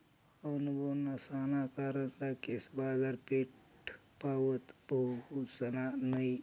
अनुभव नसाना कारण राकेश बाजारपेठपावत पहुसना नयी